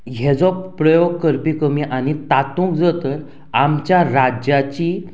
हाचो प्रयोग करपी कमी आनी तातूंत जर तर आमच्या राज्याची